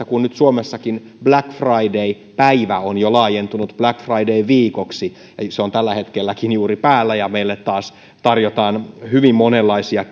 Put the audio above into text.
kun nyt suomessakin black friday päivä on jo laajentunut black friday viikoksi se on tällä hetkelläkin juuri päällä ja meille taas tarjotaan hyvin monenlaisia